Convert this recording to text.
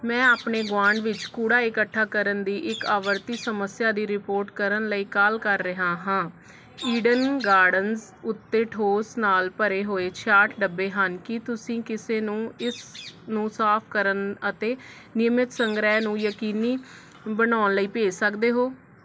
ਮੈਂ ਆਪਣੇ ਗੁਆਂਢ ਵਿੱਚ ਕੂੜਾ ਇਕੱਠਾ ਕਰਨ ਦੀ ਇੱਕ ਆਵਰਤੀ ਸਮੱਸਿਆ ਦੀ ਰਿਪੋਰਟ ਕਰਨ ਲਈ ਕਾਲ ਕਰ ਰਿਹਾ ਹਾਂ ਈਡਨ ਗਾਰਡਨਜ਼ ਉੱਤੇ ਠੋਸ ਨਾਲ ਭਰੇ ਹੋਏ ਛਿਆਹਠ ਡੱਬੇ ਹਨ ਕੀ ਤੁਸੀਂ ਕਿਸੇ ਨੂੰ ਇਸ ਨੂੰ ਸਾਫ਼ ਕਰਨ ਅਤੇ ਨਿਯਮਤ ਸੰਗ੍ਰਹਿ ਨੂੰ ਯਕੀਨੀ ਬਣਾਉਣ ਲਈ ਭੇਜ ਸਕਦੇ ਹੋ